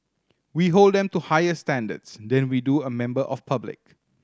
we hold them to higher standards than we do a member of public